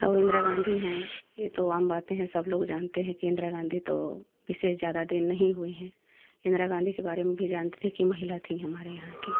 औ इंद्रा गाँधी हैं यह तो आम बातें हैं सब लोग जानते हैं कि इंद्रा गाँधी तो विशेष ज़्यादा दिन नहीं हुए हैं इंद्रा गाँधी के बारे में भी जानती थी कि महिला थीं हमारे यहाँ कि